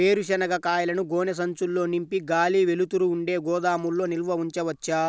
వేరుశనగ కాయలను గోనె సంచుల్లో నింపి గాలి, వెలుతురు ఉండే గోదాముల్లో నిల్వ ఉంచవచ్చా?